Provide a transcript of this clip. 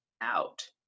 out